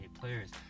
players